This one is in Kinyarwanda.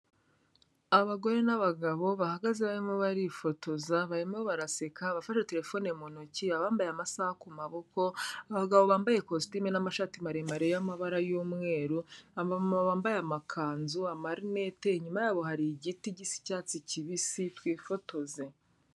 Abagore n'abagabo bahagaze barimo barifotoza, barimo baraseka, abafashe terefone mu ntoki, abambaye amasaha ku maboko, abagabo bambaye kositimu n'amashati maremare y'amabara y'umweru, abamama bambaye amakanzu, amarinete, inyuma yabo hari igiti gisa icyatsi kibisi, twifotoze.